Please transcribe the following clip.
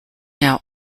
now